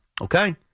okay